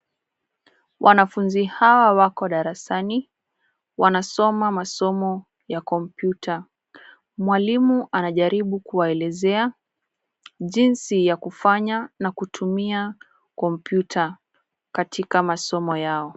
Wanafunzi hawa wako darasani, wanasoma masomo ya kompyuta. Mwalim anajaribu kuwaelezea jinsi ya kufanya na kutumia kompyuta katika masmo yao.